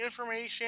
information